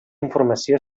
informació